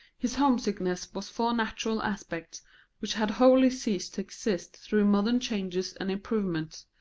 his homesickness was for natural aspects which had wholly ceased to exist through modern changes and improvements,